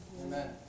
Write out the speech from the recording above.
Amen